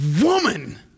woman